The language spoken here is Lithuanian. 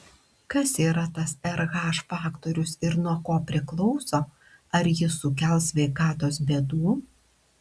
kas yra tas rh faktorius ir nuo ko priklauso ar jis sukels sveikatos bėdų